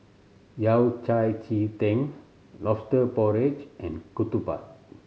Yao Cai ji tang Lobster Porridge and ketupat